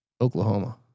Oklahoma